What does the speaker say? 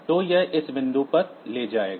तो यह इस बिंदु पर ले जाएगा